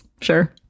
sure